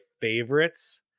favorites